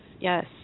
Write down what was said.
yes